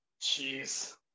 Jeez